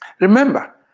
Remember